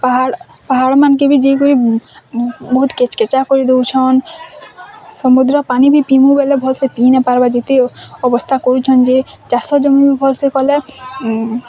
ପାହାଡ଼୍ ପାହାଡ଼୍ ମାନ୍ କେ ବି ଯେଇକରି ବହୁତ୍ କେଚ୍ କେଚା କରିଦଉଛନ୍ ସମୁଦ୍ର ପାନି ବି ପିଇମୁ ବୋଲେ ଭଲ୍ ସେ ପିଇ ନାଁ ପାରବା ଯେତେ ଅବସ୍ତା କରୁଚନ୍ ଯେ ଚାଷ ଜମି ଭଲ୍ ସେ କଲେ